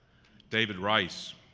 david rice,